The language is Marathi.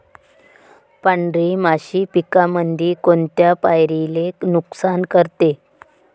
पांढरी माशी पिकामंदी कोनत्या पायरीले नुकसान करते?